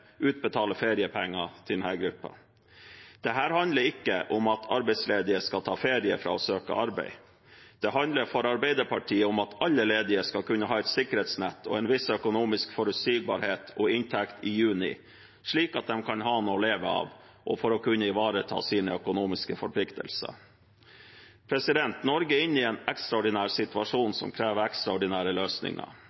utbetale feriepenger til denne gruppen. Dette handler ikke om at arbeidsledige skal ta ferie fra å søke arbeid, det handler for Arbeiderpartiet om at alle ledige skal kunne ha et sikkerhetsnett og en viss økonomisk forutsigbarhet og inntekt i juni, slik at de kan ha noe å leve av og kan ivareta sine økonomiske forpliktelser. Norge er inne i en ekstraordinær situasjon